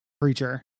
creature